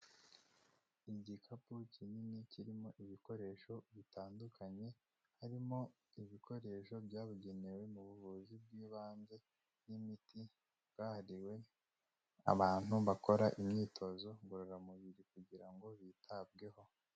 Igikapu kinini kirimo ibikoresho bitandukanye, harimo ibikoresho byabugenewe mu buvuzi bw'ibanze n'imiti, bwahariwe abantu bakora imyitozo ngororamubiri kugira ngo bitabweho.